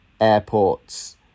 airports